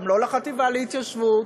גם לא לחטיבה להתיישבות,